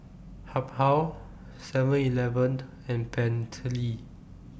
Habhal Seven Eleven and Bentley